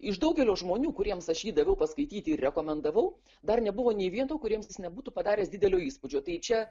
iš daugelio žmonių kuriems aš jį daviau paskaityti ir rekomendavau dar nebuvo nei vieno kuriems jis nebūtų padaręs didelio įspūdžio tai čia